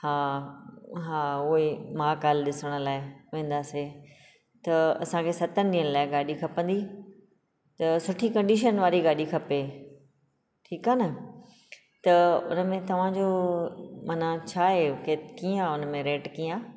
हा हा उहे महाकाल ॾिसण लाइ वेन्दासे त असां खे सतनि ॾींहंनि लाइ गाॾी खपंदी त सुठी कंडीशन वारी गाॾी खपे ठीक आहे न त उन में तव्हां जो मन छा आहे के कीअं आहे उन मेंरेट कीअं आहे